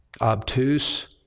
obtuse